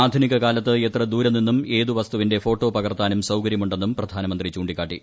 ആധുനിക കാലത്ത് എത്ര ദൂരെ നിന്നും ഏതു വസ്തുവിന്റെ ഫോട്ടോ പകർത്താനും സൌകര്യമുണ്ടെന്നും പ്രധാനമന്ത്രി ചൂണ്ടിക്കാട്ടി